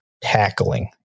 tackling